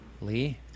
lee